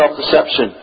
self-deception